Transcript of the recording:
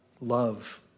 love